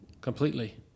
completely